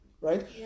Right